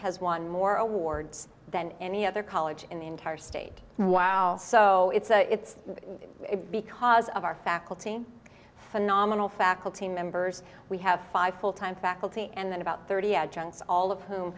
has one more awards than any other college in the entire state while so it's a it's because of our faculty phenomenal faculty members we have five full time faculty and about thirty adjuncts all of whom